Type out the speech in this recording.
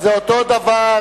זה אותו דבר,